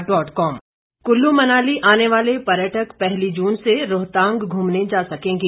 रोहतांग कुल्लू मनाली आने वाले पर्यटक पहली जून से रोहतांग घूमने जा सकेंगे